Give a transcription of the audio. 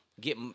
Get